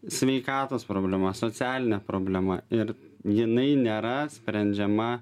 sveikatos problema socialinė problema ir jinai nėra sprendžiama